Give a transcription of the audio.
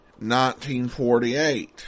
1948